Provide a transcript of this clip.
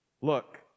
look